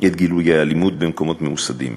את גילויי האלימות במקומות ממוסדים.